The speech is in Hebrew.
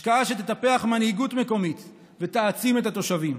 השקעה שתטפח מנהיגות מקומית ותעצים את התושבים.